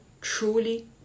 truly